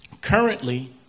Currently